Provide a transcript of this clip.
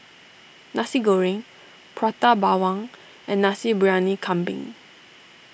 Nasi Goreng Prata Bawang and Nasi Briyani Kambing